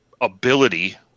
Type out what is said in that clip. ability